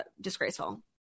disgraceful